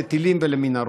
לטילים ולמנהרות.